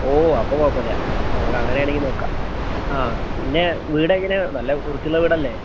ഓ അപ്പോൾ കുഴപ്പമില്ല നമുക്ക് അങ്ങനെയാണെങ്കിൽ നോക്കാം ആ പിന്നെ വീടെങ്ങനെയാണ് നല്ല വൃത്തിയുള്ള വീടല്ലേ